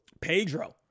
Pedro